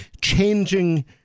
changing